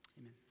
Amen